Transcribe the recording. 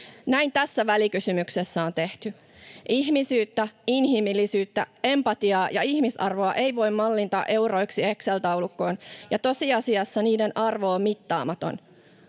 Näin tässä välikysymyksessä on tehty. Ihmisyyttä, inhimillisyyttä, empatiaa ja ihmisarvoa ei voi mallintaa euroiksi Excel-taulukkoon, ja tosiasiassa niiden arvo on mittaamaton.